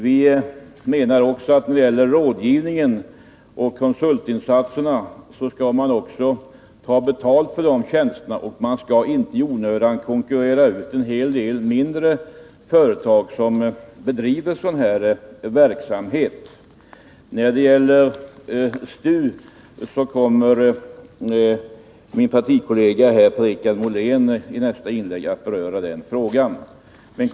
Vi menar också att man beträffande rådgivning och "konsultinsatser skall ta betalt för de tjänsterna. Man skall inte i onödan konkurrera ut en hel del mindre företag som bedriver sådan här verksamhet. Frågorna kring STU kommer min partikollega Per-Richard Molén att beröra i sitt inlägg.